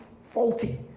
faulty